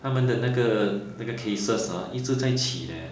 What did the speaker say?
他们的那个那个 cases ha 一直在起 leh